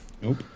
Nope